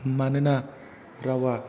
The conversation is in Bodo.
मानोना रावआ